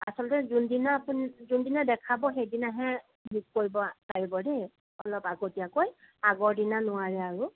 আচলতে যোন দিনা আপুনি যোন দিনা দেখাব সেইদিনাহে বুক কৰিব পাৰিব দেই অলপ আগতীয়াকৈ আগৰ দিনা নোৱাৰে আৰু